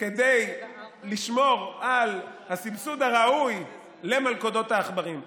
כדי לשמור על הסבסוד הראוי למלכודות העכברים.